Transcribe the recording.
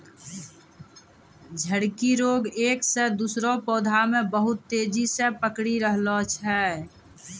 झड़की रोग एक से दुसरो पौधा मे बहुत तेजी से पकड़ी रहलो छै